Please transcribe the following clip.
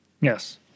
Yes